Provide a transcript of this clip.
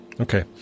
Okay